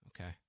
okay